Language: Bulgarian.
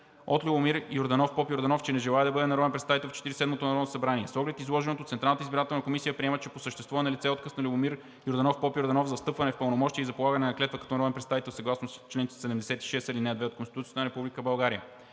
от Любомир Йорданов Попйорданов, че не желае да бъде народен представител в 47-ото Народно събрание. С оглед изложеното Централната избирателна комисия приема, че по същество е налице отказ на Любомир Йорданов Попйорданов за встъпване в пълномощия и за полагане на клетва като народен представител съгласно чл. 76, ал. 2 от Конституцията на Република България.